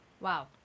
Wow